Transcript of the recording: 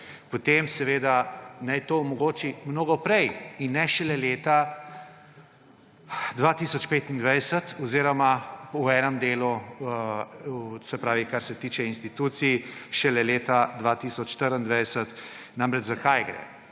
potem seveda naj to omogoči mnogo prej in ne šele leta 2025 oziroma v enem delu, se pravi kar se tiče institucij šele leta 2024. Namreč, za kaj gre?